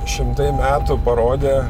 šimtai metų parodė